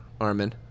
Armin